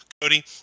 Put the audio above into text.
Cody